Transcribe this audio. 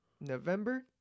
November